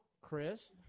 Chris